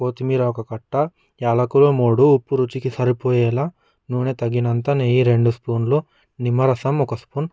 కొత్తిమీర కట్ట యాలకులు మూడు ఉప్పు రుచికి సరిపోయేలా నూనె తగినంత నెయ్యి రెండు స్పూన్లు నిమ్మరసం ఒక స్పూన్